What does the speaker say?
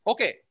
Okay